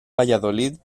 valladolid